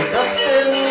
Dustin